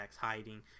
hiding